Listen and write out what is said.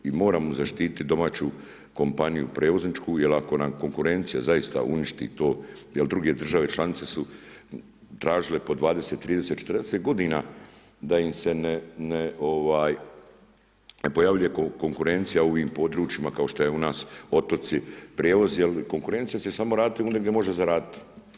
I moramo zaštititi domaću kompaniju prijevozničku, jer ako nam konkurencija zaista uništi to, jer druge države članice su tražile po 20, 30, 40 godina da im se ne pojavljuje konkurencija u ovim područjima kao što je u nas prijevoz, jer konkurencija će samo raditi ondje gdje može zaraditi.